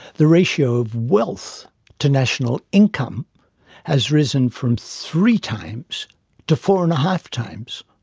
the ratio of wealth to national income has risen from three times to four and a half times.